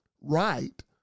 right